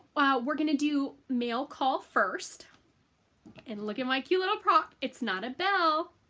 wow we're gonna do mail call first and look at my cute little prop. it's not a bell,